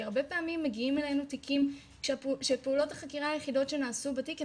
כי הרבה פעמים מגיעים אלינו תיקים שפעולות החקירה היחידות שנעשו בתיק הן